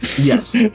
Yes